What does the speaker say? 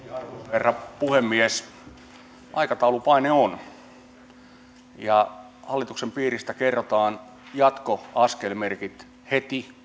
herra puhemies aikataulupaine on hallituksen piiristä kerrotaan jatkoaskelmerkit heti